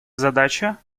задача